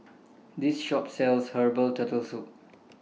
This Shop sells Herbal Turtle Soup